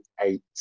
eight